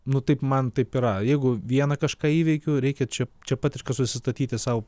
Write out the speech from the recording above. nu taip man taip yra jeigu vieną kažką įveikiu reikia čia čia pat ir kad susistatyti sau